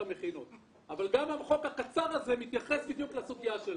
אבל גם החוק הקצר הזה מתייחס בדיוק לסוגיה שלנו.